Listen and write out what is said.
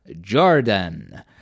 Jordan